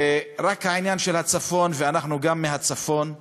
רק לעניין של הצפון, ואנחנו גם מהצפון: